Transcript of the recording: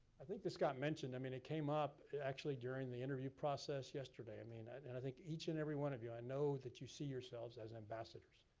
i think this got mentioned. i mean it came up actually during the interview process yesterday. i mean and and i think each and everyone of you, i know that you see yourselves as ambassadors.